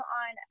on